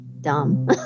Dumb